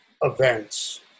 events